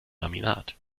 laminat